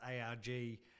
ARG